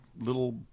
little